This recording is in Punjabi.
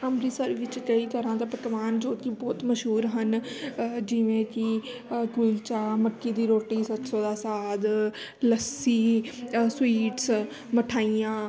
ਅੰਮ੍ਰਿਤਸਰ ਵਿੱਚ ਕਈ ਤਰ੍ਹਾਂ ਦਾ ਪਕਵਾਨ ਜੋ ਕਿ ਬਹੁਤ ਮਸ਼ਹੂਰ ਹਨ ਜਿਵੇਂ ਕਿ ਕੁਲਚਾ ਮੱਕੀ ਦੀ ਰੋਟੀ ਸਰਸੋਂ ਦਾ ਸਾਗ ਲੱਸੀ ਸਵੀਟਸ ਮਿਠਾਈਆਂ